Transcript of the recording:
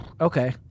okay